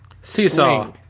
Seesaw